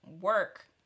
work